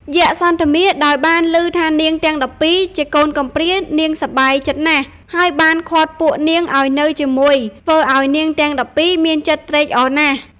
យក្ខសន្ធមារដោយបានលឺថានាងទាំង១២ជាកូនកំព្រានាងសប្បាយចិត្តណាស់ ហើយបានឃាត់ពួកនាងឲ្យនៅជាមួយធ្វើឲ្យនាងទាំង១២មានចិត្តត្រេកអរណាស់។